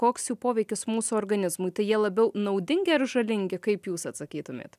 koks jų poveikis mūsų organizmui tai jie labiau naudingi ar žalingi kaip jūs atsakytumėt